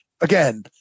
again